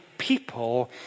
People